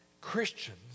Christians